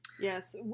yes